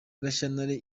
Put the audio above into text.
gashyantare